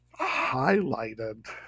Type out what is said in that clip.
highlighted